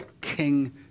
King